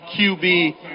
QB